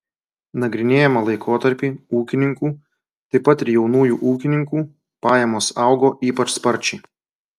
nagrinėjamą laikotarpį ūkininkų taip pat ir jaunųjų ūkininkų pajamos augo ypač sparčiai